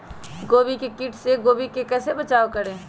गोभी के किट से गोभी का कैसे बचाव करें?